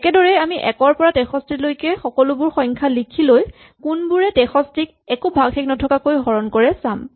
একেদৰেই আমি ১ ৰ পৰা ৬৩ লৈকে সকলো সংখ্যা লিখি লৈ কোনবোৰে ৬৩ ক একো ভাগশেষ নথকাকৈ হৰণ কৰে চাম